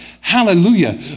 hallelujah